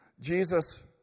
Jesus